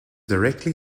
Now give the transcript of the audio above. directly